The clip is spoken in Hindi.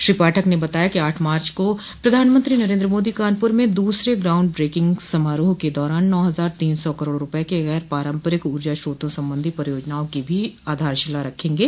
श्री पाठक ने बताया कि आठ मार्च को प्रधानमंत्री नरेन्द्र मोदी कानपुर में दूसरे ग्राउंड ब्रेकिंग समारोह के दौरान नौ हजार तीन सौ करोड़ रूपये के गैर पारम्परिक ऊर्जा स्रोतों संबंधी परियोजनाओं की भी आधारशिला रखेंगे